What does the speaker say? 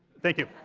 thank you.